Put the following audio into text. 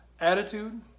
attitude